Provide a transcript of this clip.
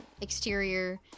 exterior